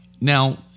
Now